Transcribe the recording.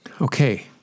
okay